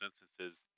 instances